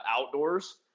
outdoors